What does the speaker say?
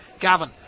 Gavin